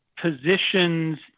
positions